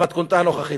במתכונתה הנוכחית,